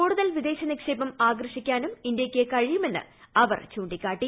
കൂടുതൽ വിദേശ നിക്ഷേപം ആകർഷിക്കാനും ഇന്ത്യയ്ക്ക് കഴിയുമെന്ന് അവർ ചൂണ്ടിക്കാട്ടി